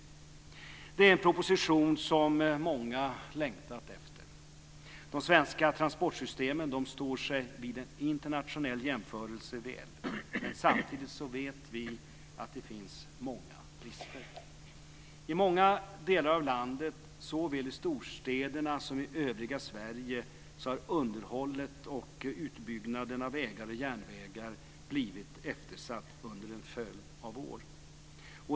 Det är en proposition som många längtat efter. De svenska transportsystemen står sig vid en internationell jämförelse väl. Men samtidigt vet vi att det finns många brister. I många delar av landet, såväl i storstäderna som i övriga Sverige, har underhållet och utbyggnaden av vägar och järnvägar blivit eftersatt under en följd av år.